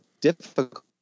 difficult